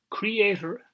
creator